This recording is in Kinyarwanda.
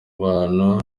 bantu